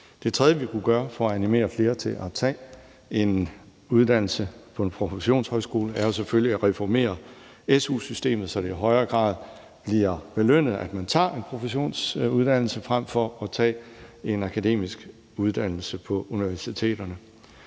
Det tredje, vi kunne gøre for at animere flere til at tage en uddannelse på en professionshøjskole, er jo selvfølgelig at reformere su-systemet, så det i højere grad bliver belønnet, at man tager en professionsuddannelse frem for at tage en akademisk uddannelse på universiteterne.